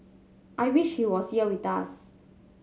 I wish he was here with us